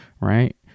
right